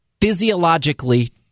physiologically